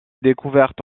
découverte